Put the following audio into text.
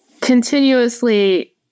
continuously